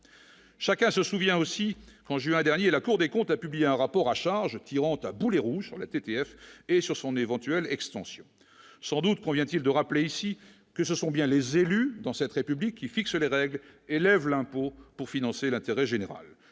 chacun se souvient aussi en juin dernier, la Cour des comptes a publié un rapport à charge tirant taboulé rouge sur la TTF et sur son éventuelle extension sans doute convient-il de rappeler ici que ce sont bien les élus dans cette république qui fixe les règles et lève l'impôt pour financer l'intérêt général,